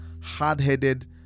hard-headed